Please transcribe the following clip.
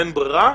אין ברירה,